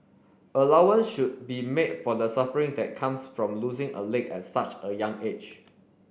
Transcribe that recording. allowance should be made for the suffering that comes from losing a leg at such a young age